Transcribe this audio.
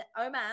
Oman